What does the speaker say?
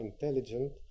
intelligent